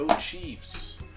Chiefs